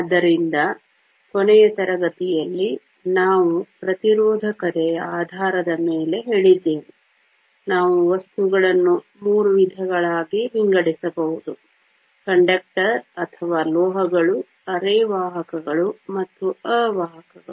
ಆದ್ದರಿಂದ ಕೊನೆಯ ತರಗತಿಯಲ್ಲಿ ನಾವು ಪ್ರತಿರೋಧಕತೆಯ ಆಧಾರದ ಮೇಲೆ ಹೇಳಿದ್ದೇವೆ ನಾವು ವಸ್ತುಗಳನ್ನು ಮೂರು ವಿಧಗಳಾಗಿ ವಿಂಗಡಿಸಬಹುದು ವಾಹಕ ಅಥವಾ ಲೋಹಗಳು ಅರೆವಾಹಕಗಳು ಮತ್ತು ಅವಾಹಕಗಳು